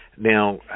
Now